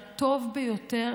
הטוב ביותר,